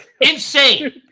Insane